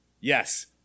yes